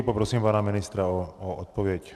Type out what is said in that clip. Poprosím pana ministra o odpověď.